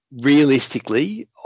realistically